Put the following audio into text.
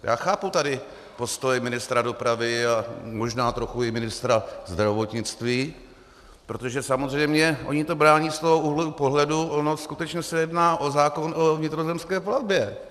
Já chápu tady postoje ministra dopravy a možná trochu i ministra zdravotnictví, protože samozřejmě oni to brání z toho úhlu pohledu, ono skutečně se jedná o zákon o vnitrozemské plavbě.